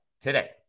today